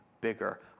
bigger